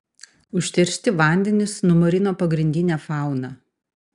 užteršti vandenys numarino pagrindinę fauną